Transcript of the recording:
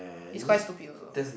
is quite stupid also